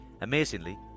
amazingly